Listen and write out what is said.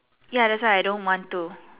ya that's why I don't want to